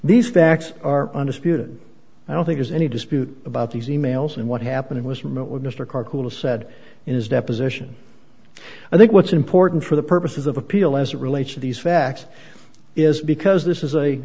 these facts are undisputed i don't think there's any dispute about these e mails and what happened was met with mr karr cool said in his deposition i think what's important for the purposes of appeal as it relates to these facts is because this is a